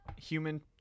human